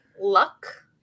luck